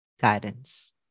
guidance